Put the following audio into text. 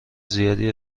زیادی